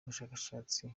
ubushakashatsi